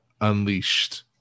unleashed